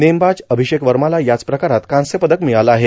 नेमबाज अभिषेक वर्माला याच प्रकारात कांस्य पदक मिळालं आहे